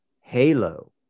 Halo